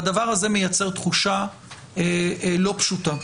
והדבר הזה מייצר תחושה לא פשוטה,